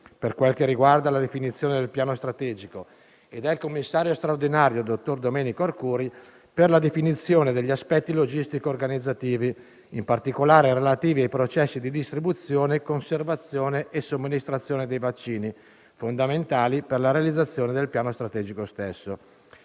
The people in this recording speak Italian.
per quel che riguarda la definizione del piano strategico, e del commissario straordinario, dottor Domenico Arcuri, per la definizione degli aspetti logistici organizzativi, in particolare relativi ai processi di distribuzione, conservazione e somministrazione dei vaccini, fondamentali per la realizzazione del piano strategico stesso.